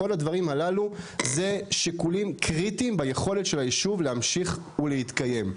כל הדברים הללו זה שיקולים קריטיים ביכולת של הישוב להמשיך ולהתקיים.